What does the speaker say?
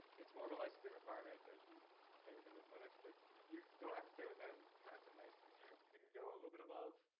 it's more of a licensing requirement and that you stay within those limits, but you don't have to stay with them constantly. if you you can go a little bit above,